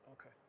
Okay